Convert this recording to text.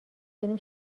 بریم